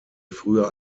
früher